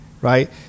right